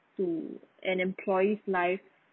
to an employee's life